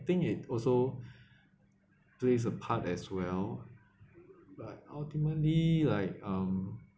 I think it also plays a part as well but ultimately like um